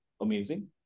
amazing